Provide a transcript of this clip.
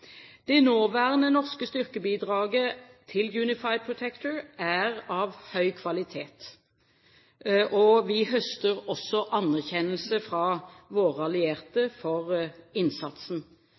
Det nåværende norske styrkebidraget til Unified Protector er av høy kvalitet, og vi høster også anerkjennelse fra våre allierte for innsatsen.